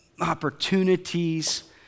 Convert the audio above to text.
opportunities